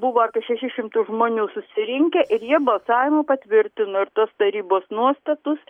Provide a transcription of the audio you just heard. buvo apie šešis šimtus žmonių susirinkę ir jie balsavimu patvirtino ir tos tarybos nuostatus